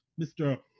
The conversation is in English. Mr